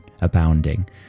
abounding